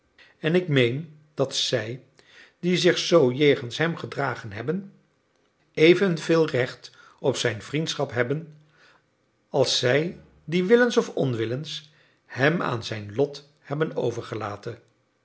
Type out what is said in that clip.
en ik meen dat zij die zich zoo jegens hem gedragen hebben evenveel recht op zijn vriendschap hebben als zij die willens of onwillens hem aan zijn lot hebben overgelaten